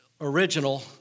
original